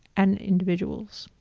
and individuals.